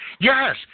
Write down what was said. Yes